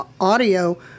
audio